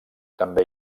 també